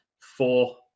four